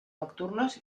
nocturnos